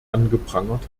angeprangert